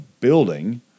building